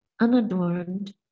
unadorned